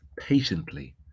patiently